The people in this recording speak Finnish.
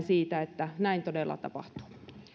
siitä että näin todella tapahtuu